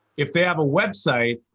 if they have a website,